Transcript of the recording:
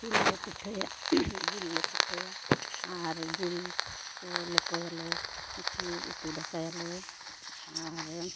ᱡᱤᱞ ᱞᱮ ᱯᱤᱴᱷᱟᱹᱭᱟ ᱡᱤᱞ ᱞᱮ ᱯᱤᱴᱷᱟᱹᱭᱟ ᱟᱨ ᱡᱤᱞ ᱠᱚ ᱞᱮᱴᱚᱭᱟᱞᱮ ᱩᱛᱩ ᱫᱟᱠᱟᱭᱟᱞᱮ ᱟᱨ